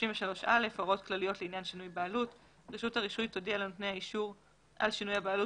33א.(א)רשות הרישוי תודיע לנותני האישור על שינוי בעלות